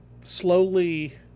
slowly